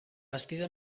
bastida